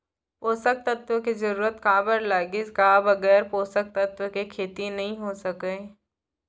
पोसक तत्व के जरूरत काबर लगिस, का बगैर पोसक तत्व के खेती नही हो सके?